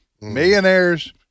Millionaires